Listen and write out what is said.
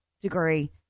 degree